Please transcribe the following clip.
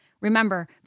Remember